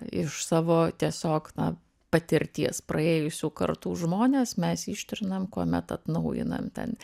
iš savo tiesiog na patirties praėjusių kartų žmones mes ištrinam kuomet atnaujinam ten